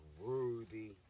worthy